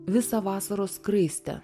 visą vasaros skraistę